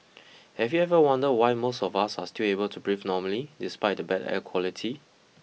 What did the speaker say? have you ever wondered why most of us are still able to breathe normally despite the bad air quality